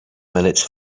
minutes